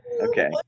okay